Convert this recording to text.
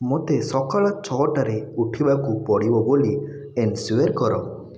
ମୋତେ ସକାଳ ଛଅଟାରେ ଉଠିବାକୁ ପଡ଼ିବ ବୋଲି ଏନ୍ସ୍ୟୋର୍ କର